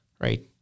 right